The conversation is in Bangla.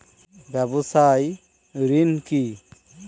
ব্যবসায় ঋণ কি?